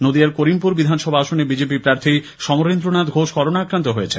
নদীয়ার করিমপুর বিধানসভা আসনে বিজেপি প্রার্থী সমরেন্দ্রনাথ ঘোষ করোনা আক্রান্ত হয়েছেন